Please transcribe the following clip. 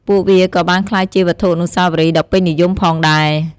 ពួកវាក៏បានក្លាយជាវត្ថុអនុស្សាវរីយ៍ដ៏ពេញនិយមផងដែរ។